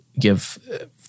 give